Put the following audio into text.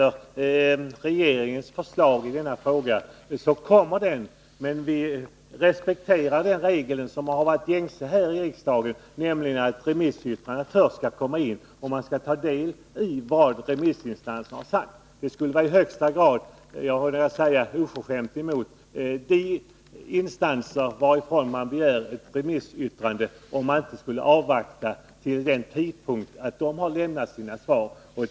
Regeringens förslag i denna fråga kommer, men vi respekterar den regel som varit gängse här i riksdagen, nämligen att remissyttranden först skall komma in och att man skall ta del av vad remissinstanserna har sagt. Det skulle vara i högsta grad oförskämt emot de instanser varifrån man begär ett remissyttrande, om man inte skulle avvakta till den tidpunkt då de har lämnat sina svar.